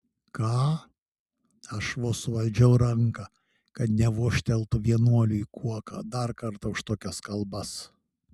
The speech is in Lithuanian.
ką aš vos suvaldžiau ranką kad nevožteltų vienuoliui kuoka dar kartą už tokias kalbas